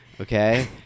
okay